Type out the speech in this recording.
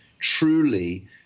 truly